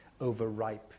overripe